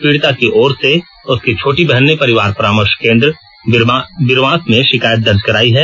पीड़िता की ओर से उसकी छोटी बहन ने परिवार परामर्श केंद्र बीरवांस में शिकायत दर्ज करायी है